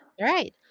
right